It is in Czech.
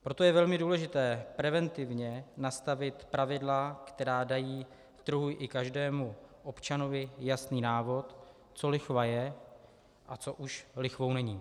Proto je velmi důležité preventivně nastavit pravidla, která dají trhu i každému občanovi jasný návod, co lichva je a co už lichvou není.